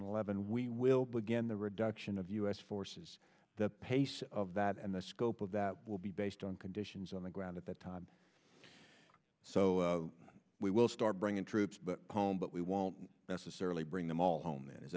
eleven we will begin the reduction of u s forces the pace of that and the scope of that will be based on conditions on the ground at that time so we will start bringing troops home but we won't necessarily bring them all home